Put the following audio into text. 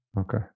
Okay